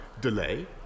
delay